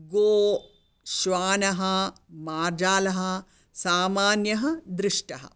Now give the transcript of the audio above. गो श्वानः मार्जालः सामान्यः दृष्टः